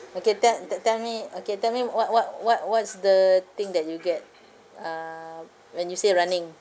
okay tell te~ tell me okay tell me what what what what's the thing that you get uh when you say running